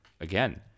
again